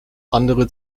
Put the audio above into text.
andere